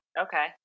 Okay